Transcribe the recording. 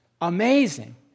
Amazing